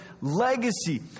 legacy